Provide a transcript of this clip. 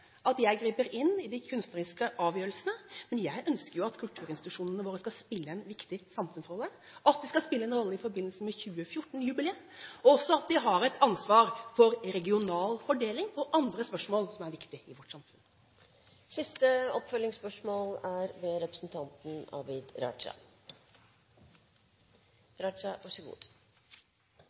at jeg griper inn i de kunstneriske avgjørelsene, men jeg ønsker jo at kulturinstitusjonene våre skal spille en viktig samfunnsrolle, at de skal spille en rolle i forbindelse med 2014-jubileet, og også at de har et ansvar for regional fordeling og andre spørsmål som er viktige i vårt samfunn. Abid Q. Raja – til oppfølgingsspørsmål.